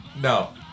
No